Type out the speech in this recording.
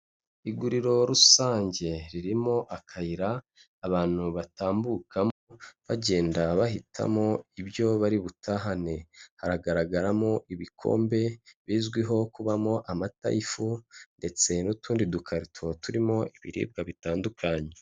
Iguriro rusange ririmo akayira abantu batambukamo bagenda bahitamo ibyo bari butahane, haragaragaramo ibikombe bizwiho kubamo amata y'ifu, ndetse n'utundi dukarito turimo ibiribwa bitandukanye.